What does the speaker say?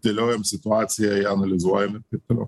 dėliojam situaciją ją analizuojam ir taip toliau